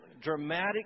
dramatic